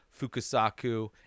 Fukusaku